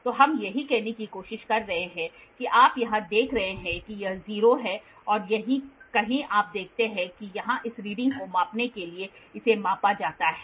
तो हम यही कहने की कोशिश कर रहे हैं कि आप यहाँ देख रहे हैं यह 0 है और यहाँ कहीं आप देखते हैं कि यहाँ इस रीडिंग को मापने के लिए इसे मापा जाता है